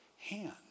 hand